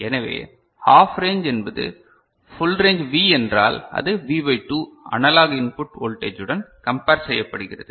எனவே half range என்பது full range V என்றால் அது V பை 2 அனலாக் இன்புட்டு வோல்டேஜ்டன் கம்பர் செய்யப்படுகிறது